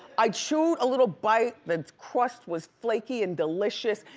i chewed a little bite. the crust was flakey and delicious.